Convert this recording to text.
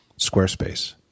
Squarespace